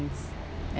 and